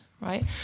Right